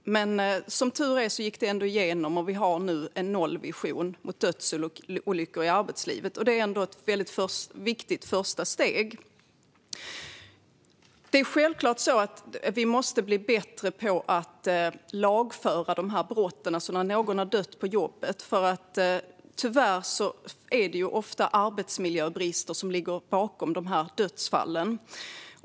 Men som tur är gick förslaget igenom, och nu finns en nollvision mot dödsolyckor i arbetslivet. Det är ändå ett viktigt första steg. Självklart måste vi bli bättre på att lagföra brotten, det vill säga när någon har dött på jobbet. Tyvärr är det ofta brister i arbetsmiljön som ligger bakom dödsfallen.